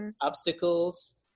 obstacles